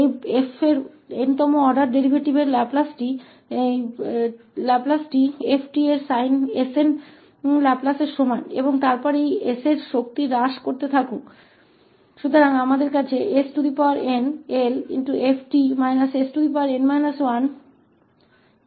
तो इस के वें 𝑛th क्रम के डेरीवेटिव का लाप्लास 𝑓𝑡 के sn लाप्लास के बराबर है और फिर इस s की शक्ति को कम करते रहें